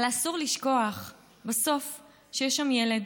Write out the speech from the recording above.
אבל אסור לשכוח שבסוף יש שם ילד,